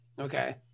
Okay